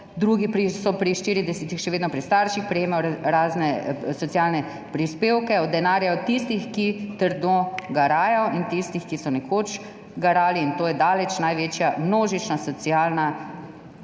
drugi so pri štiridesetih še vedno pri starših, prejemajo razne socialne prispevke od denarja od tistih, ki trdo garajo, in tistih, ki so nekoč garali, in to je daleč največja množična socialna krivica,